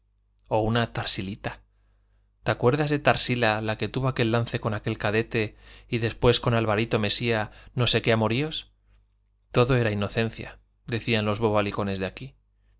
o una tarsilita te acuerdas de tarsila que tuvo aquel lance con aquel cadete y después con alvarito mesía no sé qué amoríos todo era inocencia decían los bobalicones de aquí